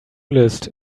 list